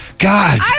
God